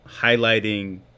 highlighting